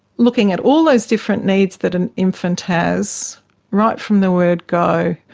looking at all those different needs that an infant has right from the word go,